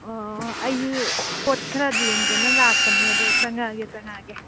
ꯑꯣ ꯑꯩꯁꯨ ꯄꯣꯠ ꯈꯔ ꯌꯦꯡꯒꯦꯅ ꯂꯥꯛꯄꯅꯦ ꯑꯗꯣ ꯆꯪꯂꯛꯂꯒꯦ ꯆꯪꯂꯛꯂꯒꯦ